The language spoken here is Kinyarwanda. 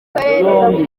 karere